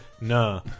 nah